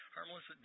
Harmless